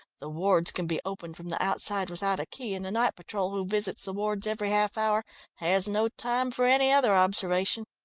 the wards can be opened from the outside without a key and the night patrol who visits the wards every half-hour has no time for any other observation.